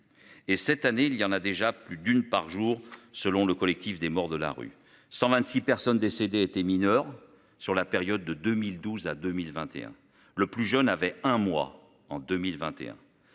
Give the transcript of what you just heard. Et cette année il y en a déjà plus d'une par jour selon le collectif des Morts de la rue, 126 personnes décédées étaient mineurs sur la période de 2012 à 2021 le plus jeune avait un mois en 2021.